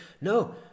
no